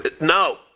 No